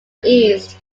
east